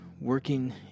working